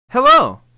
Hello